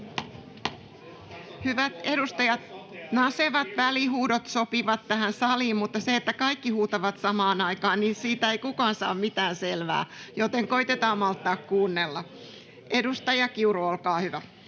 Hyvät edustajat, nasevat välihuudot sopivat tähän saliin, mutta siitä, että kaikki huutavat samaan aikaan, ei kukaan saa mitään selvää, joten koetetaan malttaa kuunnella. — Edustaja Kiuru, olkaa hyvä.